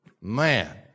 Man